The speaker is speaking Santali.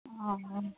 ᱚᱻ